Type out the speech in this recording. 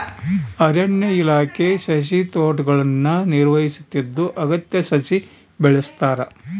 ಅರಣ್ಯ ಇಲಾಖೆ ಸಸಿತೋಟಗುಳ್ನ ನಿರ್ವಹಿಸುತ್ತಿದ್ದು ಅಗತ್ಯ ಸಸಿ ಬೆಳೆಸ್ತಾರ